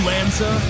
Lanza